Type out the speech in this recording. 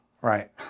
Right